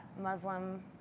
Muslim